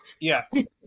Yes